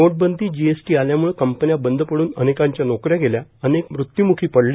नोटबंदां जीएसटां आल्याम्रळ कंपन्या बंद पड्रन अनेकांच्या नोकऱ्या गेल्या अनेक मृत्यूमुखी पडले